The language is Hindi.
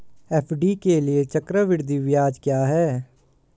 एफ.डी के लिए चक्रवृद्धि ब्याज क्या है?